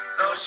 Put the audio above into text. no